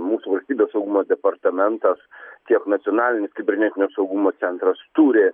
mūsų valstybės saugumo departamentas tiek nacionalinis kibernetinio saugumo centras turi